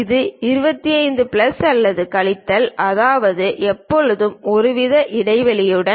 இது 25 பிளஸ் அல்லது கழித்தல் அதாவது எப்போதுமே ஒருவித இடைவெளியுடன்